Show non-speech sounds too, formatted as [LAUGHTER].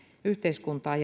yhteiskuntaan [UNINTELLIGIBLE]